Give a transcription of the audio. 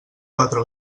quatre